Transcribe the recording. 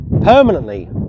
permanently